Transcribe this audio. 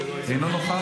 אינו נוכח,